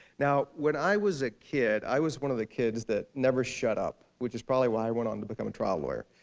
when i was a kid, i was one of the kids that never shut up. which is probably why i went on to become a trial lawyer.